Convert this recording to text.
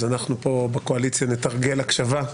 אז אנחנו פה בקואליציה נתרגל הקשבה.